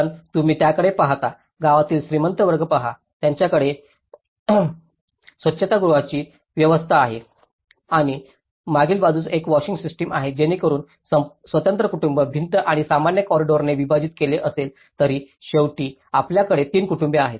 पण तुम्ही त्याकडे पाहता गावातील श्रीमंत वर्ग पहा त्यांच्याकडे स्वच्रूफगृहाची व्यवस्था आहे आणि मागील बाजूस एक वॉशिंग सिस्टम आहे जेणेकरून स्वतंत्र कुटुंब भिंत आणि सामान्य कॉरिडॉरने विभाजित केलेले असले तरी शेवटी आपल्याकडे 3 कुटुंबे आहेत